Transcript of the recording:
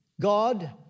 God